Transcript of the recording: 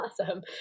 Awesome